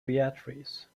beatrice